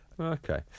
Okay